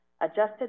Adjusted